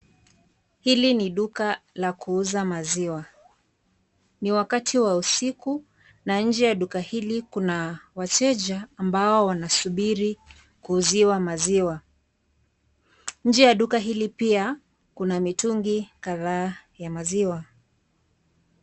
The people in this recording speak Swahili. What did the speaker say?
Hili ni duka la kuuza maziwa. Ni wakati wa usiku na nje ya duka hili kuna wateja ambao wanasubiri kuuziwa maziwa. Nje ya Duka hili pia kuna mitungi kadhaa ya maziwa.